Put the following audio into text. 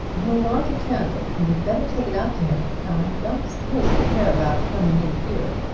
he'll want a candle you'd better take it out to him i don't suppose he'll care about coming in here.